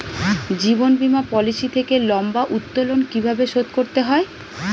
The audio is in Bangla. জীবন বীমা পলিসি থেকে লম্বা উত্তোলন কিভাবে শোধ করতে হয়?